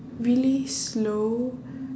really slow